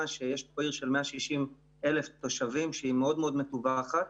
שיש עיר של 160,000 תושבים שמאוד מטווחת.